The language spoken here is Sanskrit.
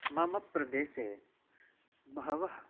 मम प्रदेशे बहवः